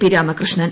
P Ramakrishnan